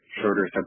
shorter